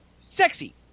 sexy